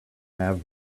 have